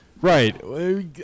Right